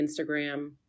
Instagram